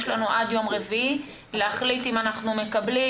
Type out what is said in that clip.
יש לנו עד יום רביעי להחליט אם אנחנו מקבלים,